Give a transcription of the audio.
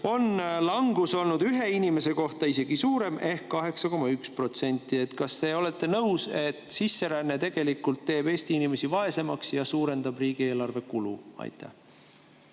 on langus olnud ühe inimese kohta isegi suurem ehk 8,1%. Kas te olete nõus, et sisseränne teeb tegelikult Eesti inimesi vaesemaks ja suurendab kulu riigieelarvele? Aitäh!